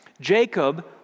Jacob